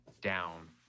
down